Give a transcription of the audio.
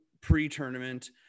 pre-tournament